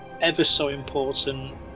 ever-so-important